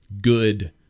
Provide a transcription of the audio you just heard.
good